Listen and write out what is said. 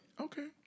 Okay